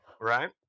right